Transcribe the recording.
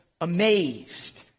amazed